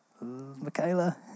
Michaela